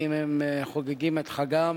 ואם הם חוגגים את חגם,